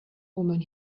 woman